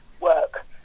work